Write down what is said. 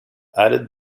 added